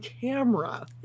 camera